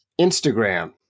Instagram